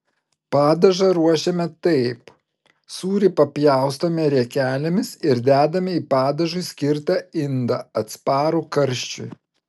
padažą ruošiame taip sūrį papjaustome riekelėmis ir dedame į padažui skirtą indą atsparų karščiui